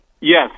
Yes